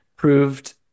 proved